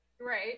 Right